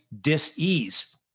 dis-ease